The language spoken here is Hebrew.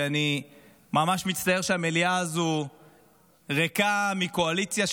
ואני ממש מצטער שהמליאה הזו ריקה מקואליציה,